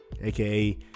AKA